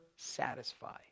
satisfy